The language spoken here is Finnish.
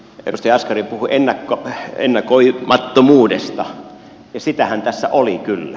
edustaja jaskari puhui ennakoimattomuudesta ja sitähän tässä oli kyllä